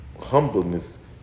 humbleness